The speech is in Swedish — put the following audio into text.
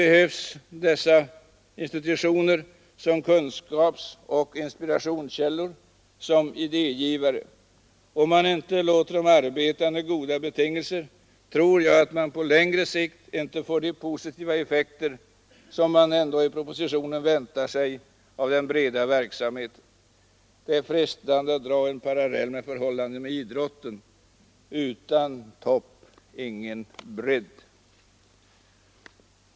Dessa institutioner behövs som kunskapsoch inspirationskällor, som idégivare. Om man inte låter dem arbeta under goda betingelser, tror jag att vi på lång sikt inte får de positiva effekter som man i propositionen väntar sig av den breda verksamheten. Det är frestande att dra en parallell med förhållandena inom idrotten: utan topp ingen bredd.